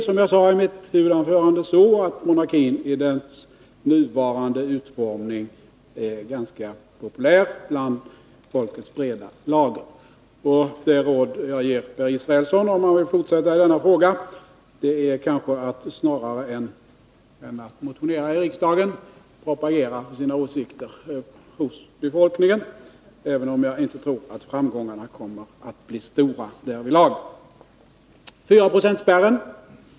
Som jag sade i mitt huvudanförande, är monarkin i nuvarande utformning säkerligen ganska populär bland folkets breda lager. Det råd jag ger Per Israelsson, om han vill fortsätta i denna fråga, är att snarare än motionera i riksdagen propagera för sina åsikter hos befolkningen, även om jag inte tror att framgångarna kommer att bli stora därvidlag. Så till 4-procentsspärren.